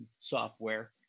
software